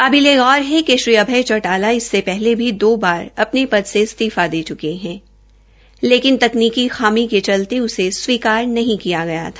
काबिले गौर है कि श्री अभय चौटाला इसे पहले दो बार अपने पद से इस्तीफा दे च्के है लेकिन तकनीकी खामी के चलते उसे स्वीकार नहीं किया गया था